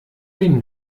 den